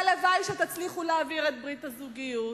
והלוואי שתצליחו להעביר את ברית הזוגיות,